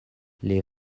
les